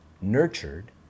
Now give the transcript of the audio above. nurtured